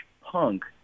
punk